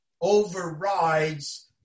overrides